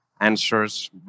answers